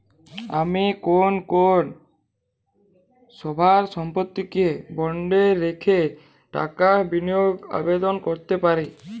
আমি কোন কোন স্থাবর সম্পত্তিকে বন্ডে রেখে টাকা বিনিয়োগের আবেদন করতে পারি?